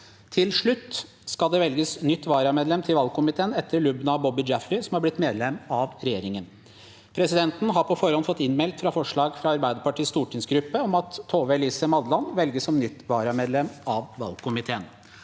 Til slutt skal det velges nytt varamedlem til valgkomiteen etter Lubna Boby Jaffery, som er blitt medlem av regjeringen. Presidenten har på forhånd fått innmeldt forslag fra Arbeiderpartiets stortingsgruppe om at Tove Elise Madland velges som nytt varamedlem i valgkomiteen.